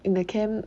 in the camp